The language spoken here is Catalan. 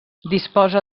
disposa